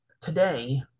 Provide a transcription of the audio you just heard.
today